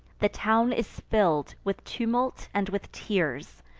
the town is fill'd with tumult and with tears,